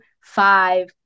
five